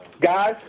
guys